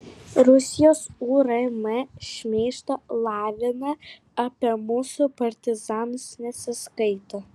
rusijos urm šmeižto lavina apie mūsų partizanus nesiskaito